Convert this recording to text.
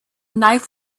knife